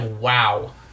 Wow